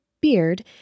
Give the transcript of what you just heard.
beard